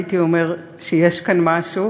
הייתי אומר שיש כאן משהו.